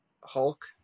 Hulk